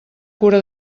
cura